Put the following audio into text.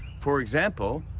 for example,